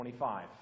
25